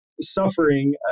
suffering